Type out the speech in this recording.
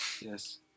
yes